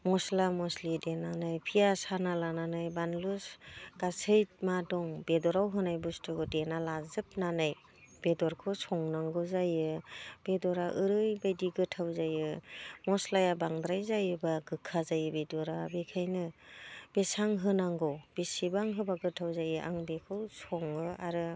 मस्ला मस्लि देनानै फियास हाना लानानै बानलु गासै मा दं बेदराव होनाय बुस्थुखौ देना लाजोबनानै बेदरखौ संनांगौ जायो बेदरा ओरैबायदि गोथाव जायो मस्लाया बांद्राय जायोब्ला गोखा जायो बेदरा बेखायनो बेसां होनांगौ बेसेबां होब्ला गोथाव जायो आं बेखौ सङो आरो